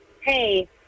hey